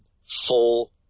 full